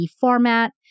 format